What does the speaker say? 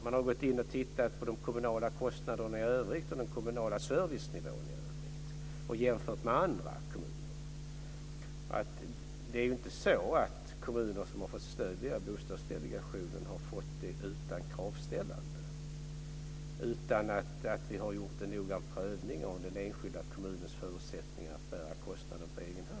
Man har gått in och tittat på de kommunala kostnaderna och den kommunala servicenivån i övrigt och jämfört med andra kommuner. Kommuner som har fått stöd via Bostadsdelegationen har inte fått det utan kravställande. Vi har gjort en noggrann prövning av den enskilda kommunens förutsättningar att bära kostnaderna på egen hand.